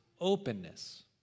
openness